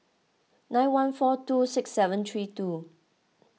nine one four two six seven three two